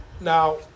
Now